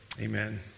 amen